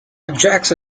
ajax